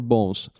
Bones